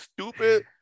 stupid